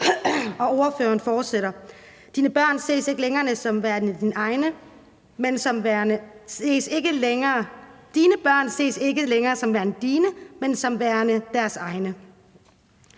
ordføreren fortsætter: »Dine børn ses ikke længere som værende dine, men som værende deres egne«.